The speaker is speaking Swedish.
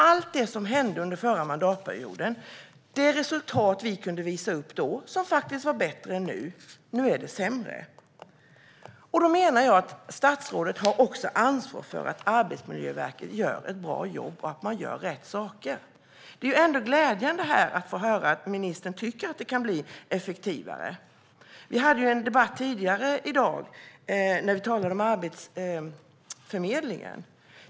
Allt det som hände under förra mandatperioden, det resultat vi kunde visa upp då, var faktiskt bättre; nu är det sämre. Jag menar att statsrådet också har ansvar för att Arbetsmiljöverket gör ett bra jobb och gör rätt saker. Det är ändå glädjande att höra att ministern tycker att det kan bli effektivare. Vi hade ju en debatt tidigare i dag när vi talade om Arbetsförmedlingen.